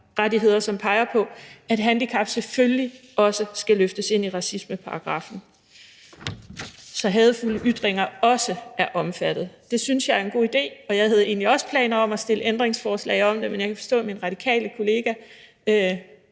Menneskerettigheder, som peger på, at handicap selvfølgelig også skal løftes ind i racismeparagraffen, så den slags hadefulde ytringer også er omfattet. Det synes jeg er en god idé, og jeg havde egentlig også planer om at stille ændringsforslag om det, men jeg kan forstå, at min radikale kollega